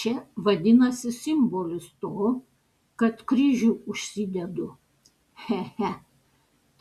čia vadinasi simbolis to kad kryžių užsidedu che che